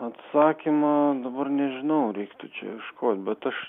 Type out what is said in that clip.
atsakymą dabar nežinau reiktų čia ieškot bet aš